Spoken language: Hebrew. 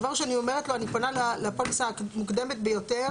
דבר ראשון היא אומרת לו שהיא פונה לפוליסה המוקדמת ביותר,